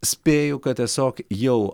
spėju kad tiesiog jau